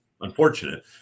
unfortunate